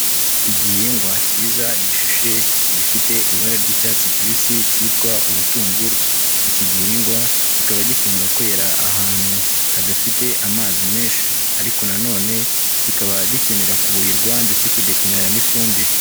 Igihingwa kiza gishishe gifite ibara ry'icyatsi kibisi cyitwa ubutunguru. Iki gihingwa kikaba gikunda kwera ahantu hadafite amazi menshi ariko nanone kikaba gikenera kuhirwa ndetse kigakenera n'ifumbire.